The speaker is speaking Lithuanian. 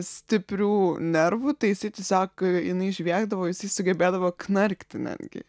stiprių nervų tai jisai tiesiog jinai žviegdavo jisai sugebėdavo knarkti net gi